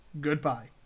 goodbye